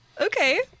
Okay